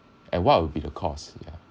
and what would be the cost ya